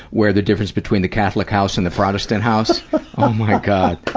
where the difference between the catholic house and the protestant house, oh my god!